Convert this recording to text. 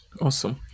Awesome